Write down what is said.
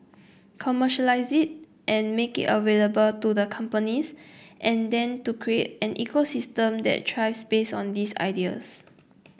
commercialise and make it available to the companies and then to create an ecosystem that thrives based on these ideas